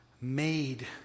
made